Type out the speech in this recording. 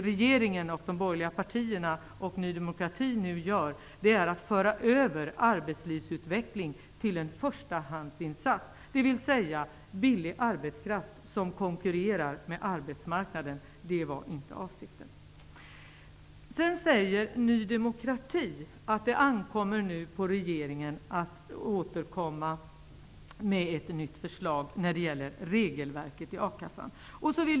Regeringen, de borgerliga partierna och Ny demokrati för nu över arbetslivsutveckling till en förstahandsinstans, dvs. billig arbetskraft som konkurrerar med övriga arbetsmarknaden. Det var inte avsikten. Vidare säger Ny demokrati att det ankommer på regeringen att återkomma med ett nytt förslag när det gäller regelverket i a-kassan.